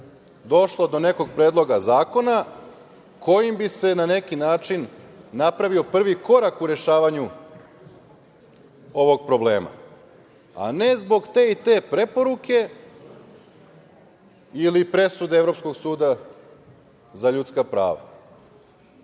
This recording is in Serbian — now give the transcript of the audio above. došlo do nekog predloga zakona kojim bi se, na neki način, napravio prvi korak u rešavanju ovog problema, a ne zbog te i te preporuke ili presude Evropskog suda za ljudska prava. Dakle,